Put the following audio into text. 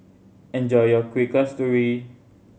enjoy your Kuih Kasturi